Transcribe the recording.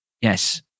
Yes